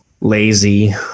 lazy